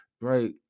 right